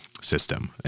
system